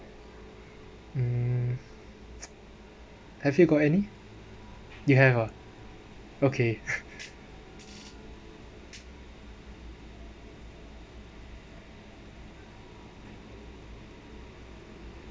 mm have you got any you have ah okay